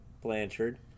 Blanchard